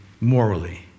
morally